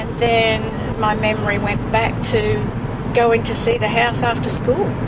then my memory went back to going to see the house after school